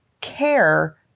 care